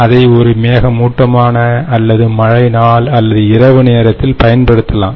அதை ஒரு மேகமூட்டமான அல்லது மழை நாள் அல்லது இரவு நேரத்தில்பயன்படுத்தலாம்